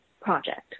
project